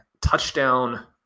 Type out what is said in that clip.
touchdown